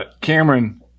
Cameron